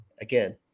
again